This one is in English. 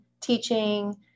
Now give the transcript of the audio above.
teaching